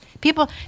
People